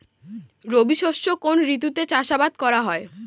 রবি শস্য কোন ঋতুতে চাষাবাদ করা হয়?